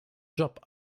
job